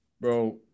Bro